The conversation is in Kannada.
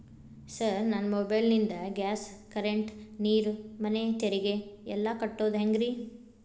ಸರ್ ನನ್ನ ಮೊಬೈಲ್ ನಿಂದ ಗ್ಯಾಸ್, ಕರೆಂಟ್, ನೇರು, ಮನೆ ತೆರಿಗೆ ಎಲ್ಲಾ ಕಟ್ಟೋದು ಹೆಂಗ್ರಿ?